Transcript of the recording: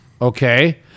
okay